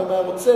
גם אם היה רוצה,